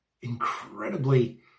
incredibly